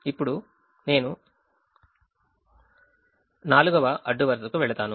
ఇప్పుడు నేను 4వ అడ్డు వరుసకు వెళ్తాను